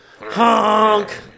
Honk